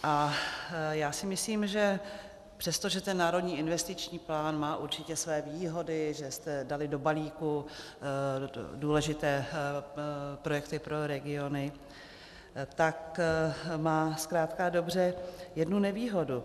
A já si myslím, že přesto, že ten Národní investiční plán má určitě své výhody, že jste dali do balíku důležité projekty pro regiony, tak má zkrátka a dobře jednu nevýhodu.